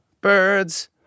birds